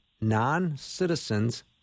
non-citizens